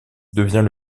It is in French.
devient